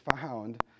found